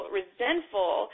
resentful